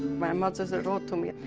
my mother so wrote to me,